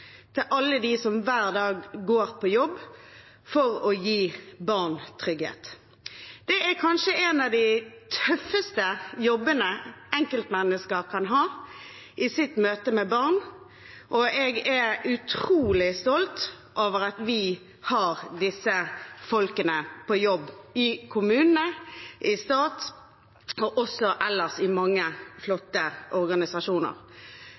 til alle de som hver dag går på jobb for å gi barn trygghet. Det er kanskje en av de tøffeste jobbene enkeltmennesker kan ha i sitt møte med barn, og jeg er utrolig stolt over at vi har disse folkene på jobb i kommunene, i staten og også ellers i mange flotte organisasjoner.